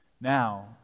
Now